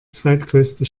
zweitgrößte